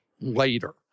later